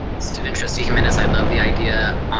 student trustee jiminez, i love the idea.